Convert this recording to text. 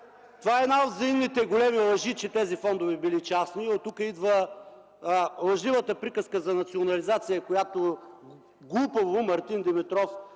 това е една от взаимните големи лъжи, че тези фондове били частни. Оттук идва лъжливата приказка за национализация, която глупаво Мартин Димитров